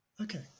Okay